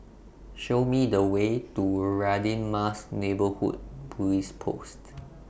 Show Me The Way to Radin Mas Neighbourhood Police Post